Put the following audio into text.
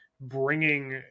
bringing